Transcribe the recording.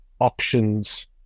options